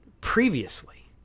previously